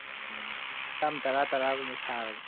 ꯑꯣ ꯆꯥꯝꯃ ꯇꯔꯥ ꯇꯔꯥꯒꯨꯝꯕ ꯁꯥꯔꯒꯦ